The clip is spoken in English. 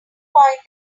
point